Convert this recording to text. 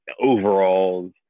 overalls